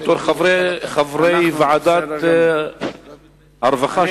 בתור חברי ועדת הרווחה של הכנסת.